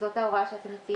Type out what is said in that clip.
זאת ההוראה שאתם מציעים.